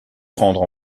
prendre